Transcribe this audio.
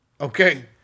Okay